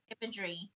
imagery